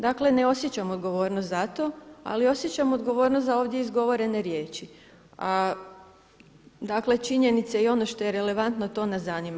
Dakle, ne osjećam odgovornost za to, ali osjećam odgovornost za ovdje izgovorene riječi, a dakle činjenica je i ono što je relevantno to nas zanima.